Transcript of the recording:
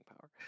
power